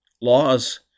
laws